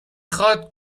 خواد